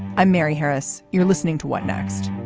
i'm mary harris. you're listening to what next.